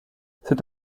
cette